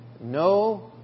no